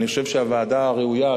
אני חושב שהוועדה הראויה,